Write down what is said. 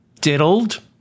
diddled